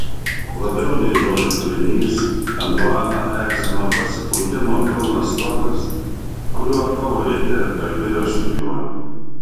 labiau nei žodžių turinys antuaną erzino pasipūtimo pilnas tonas kuriuo favoritė kalbėjo su juo